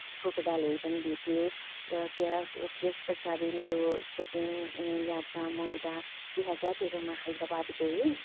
क्रोकोडाइलहरू पनि भेटियो र त्यहाँ त्यस पछाडि मेरो सेकेन्ड यात्रा म उता दुई हजार तेह्रमा हैदराबाद गएँ